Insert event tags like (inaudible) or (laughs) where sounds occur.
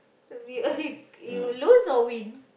we (laughs) you lose or win